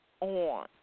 on